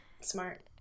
smart